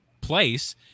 place